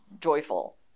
joyful